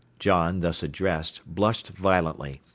john, thus addressed, blushed violently,